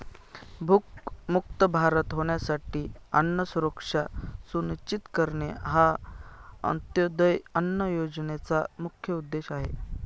भूकमुक्त भारत होण्यासाठी अन्न सुरक्षा सुनिश्चित करणे हा अंत्योदय अन्न योजनेचा मुख्य उद्देश आहे